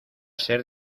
ser